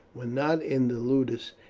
when not in the ludus,